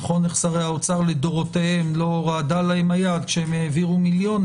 איך שרי האוצר לדורותיהם לא רעדה להם היד כשהעבירו מיליונים